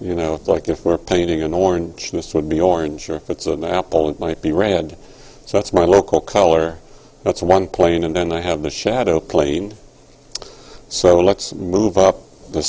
you know like if we're painting an orange this would be orange sure if it's an apple it might be red so that's my local color that's one plane and then i have the shadow plane so l